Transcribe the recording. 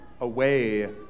away